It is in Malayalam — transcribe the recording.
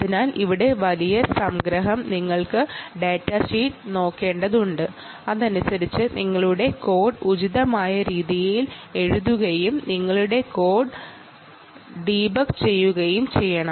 അതിനാൽ നിങ്ങൾ ഡാറ്റാഷീറ്റ് നോക്കി അതനുസരിച്ച് കോഡ് ഉചിതമായ രീതിയിൽ എഴുതുകയും ആ കോഡ് നിങ്ങൾ ഡീബഗ് ചെയ്യുകയും ചെയ്യണം